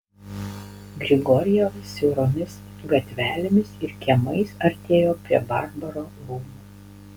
grigorjevas siauromis gatvelėmis ir kiemais artėjo prie barbaro rūmų